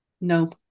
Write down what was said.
No